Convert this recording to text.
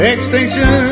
Extinction